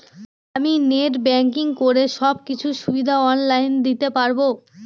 আমি net banking করে সব কিছু সুবিধা অন লাইন দিতে পারবো?